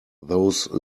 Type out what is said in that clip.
those